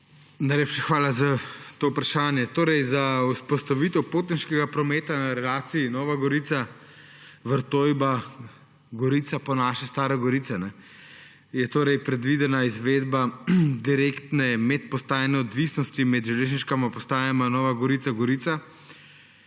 Najlepša hvala za to vprašanje. Za vzpostavitev potniškega prometa na relaciji Nova Gorica–Vrtojba–Gorica, po naše Stara Gorica, je torej predvidena izvedba direktne medpostajne odvisnosti med železniškima postajama Nova Gorica–Gorica.